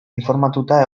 informatuta